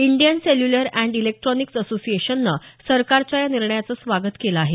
Indian cellular and electronics असोसिएशननं सरकारच्या या निर्णयाचं स्वागत केलं आहे